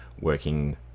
working